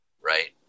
right